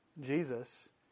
Jesus